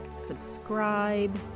subscribe